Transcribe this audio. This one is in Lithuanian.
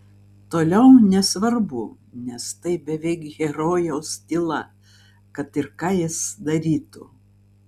toliau nesvarbu nes tai beveik herojaus tyla kad ir ką jis darytų